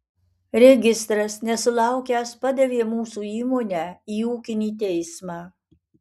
registras nesulaukęs padavė mūsų įmonę į ūkinį teismą